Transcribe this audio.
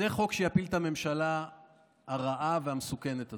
זה חוק שיפיל את הממשלה הרעה והמסוכנת הזאת,